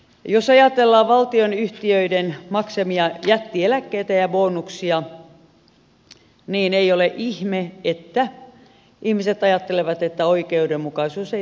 jos ajatellaan valtionyhtiöiden maksamia jättieläkkeitä ja bonuksia niin ei ole ihme että ihmiset ajattelevat että oikeudenmukaisuus ei toteudu suomessa